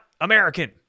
American